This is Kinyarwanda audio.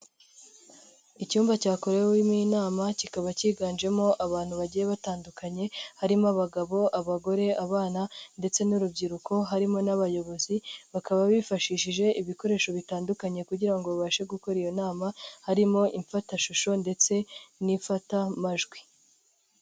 Icyumba cyakorewemo inama kikaba cyiganjemo abantu bagiye batandukanye, harimo abagabo abagore abana ndetse n'urubyiruko, harimo n'abayobozi bakaba bifashishije ibikoresho bitandukanye kugira babashe gukora iyo nama, harimo imfatashusho ndetse n'imfatamajwi.